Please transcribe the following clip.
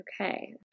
Okay